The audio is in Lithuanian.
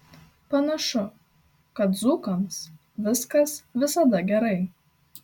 panašu kad dzūkams viskas visada gerai